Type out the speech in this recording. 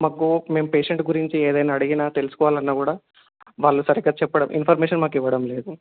మాకు మేం పేషెంట్ గురించి ఏదైనా అడిగిన తెలుసుకోవాలి అన్నా కూడా వాళ్ళు సరిగ్గా చెప్పడం ఇన్ఫర్మేషన్ మాకు ఇవ్వడం లేదు